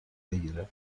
بگیره